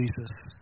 Jesus